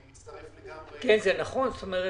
אני מצטרף לגמרי לדברים.